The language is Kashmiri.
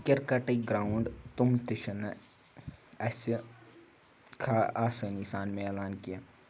کِرکَٹٕکۍ گرٛاوُنٛڈ تم تہِ چھِنہٕ اَسہِ خا آسٲنی سان ملان کینٛہہ